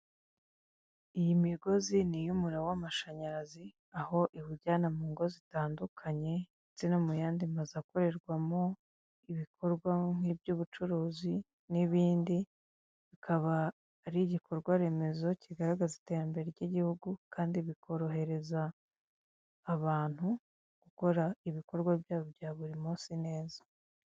Iyi migozi ni iy'umuriro wa mashanyarazi, aho iwujyana mu ngo zitandukanye, ndetse no mu yandi mazu akorerwamo ibikorwa nk'ibyubucuruzi, n'ibindi, bikaba ari igikorwa remezo kigaragaza iterambere ry'igihugu, kandi bikorohereza abantu gukora ibikorwa byabo bya buri munsi neza.